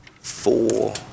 Four